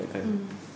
mm